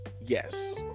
yes